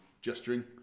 gesturing